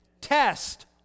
test